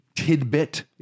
tidbit